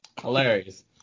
hilarious